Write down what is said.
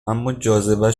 اماجاذبه